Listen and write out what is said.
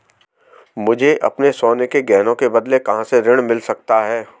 मुझे अपने सोने के गहनों के बदले कहां से ऋण मिल सकता है?